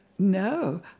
No